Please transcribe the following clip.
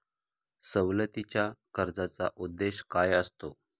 सवलतीच्या कर्जाचा उद्देश काय असतो?